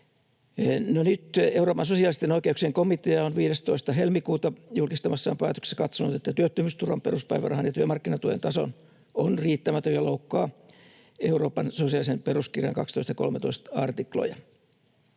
nyt Euroopan sosiaalisten oikeuksien komitea on 15. helmikuuta julkistamassaan päätöksessä katsonut, että työttömyysturvan peruspäivärahan ja työmarkkinatuen taso on riittämätön ja loukkaa Euroopan sosiaalisen peruskirjan 12 ja 13 artikloja.